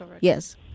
yes